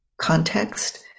context